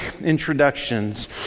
introductions